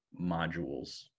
modules